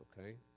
Okay